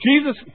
Jesus